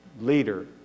leader